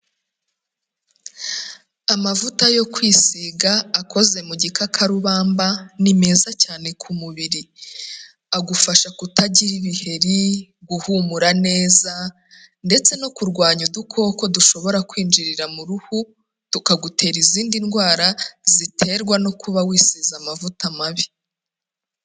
Amavuta yo kwisiga akoze mu gikakarubamba ni meza cyane ku mubiri, agufasha kutagira ibiheri, guhumura neza ndetse no kurwanya udukoko dushobora kwinjirira mu ruhu, tukagutera izindi ndwara ziterwa no kuba wisize amavuta mabi.